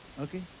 okay